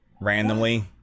randomly